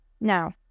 now